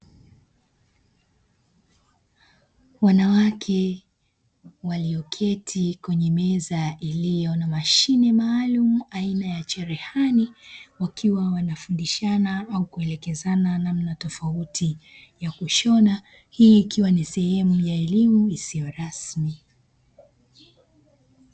Wanawake walioketi kwenye meza iliyo na mashine maalumu aina ya cherehani wakiwa wanafundishana au kuelekezana namna tofauti ya kushona hii ikiwa ni sehemu ya elimu isiyo rasmi.